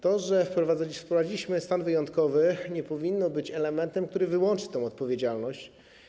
To, że wprowadziliśmy stan wyjątkowy, nie powinno być elementem, który wyłączy tę odpowiedzialność.